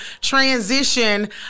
transition